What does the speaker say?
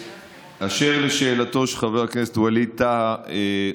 אשר לשאלתו של חבר הכנסת ווליד טאהא,